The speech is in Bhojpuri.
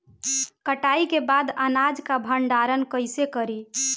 कटाई के बाद अनाज का भंडारण कईसे करीं?